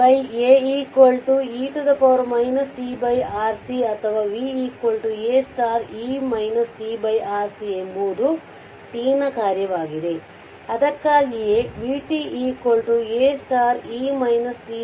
ಆದ್ದರಿಂದ v A e tRC ಅಥವಾ v A e tRC ಎಂಬುದು t ನ ಕಾರ್ಯವಾಗಿದೆ ಅದಕ್ಕಾಗಿಯೇ Vt A e tRC